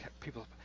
people